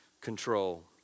control